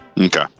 Okay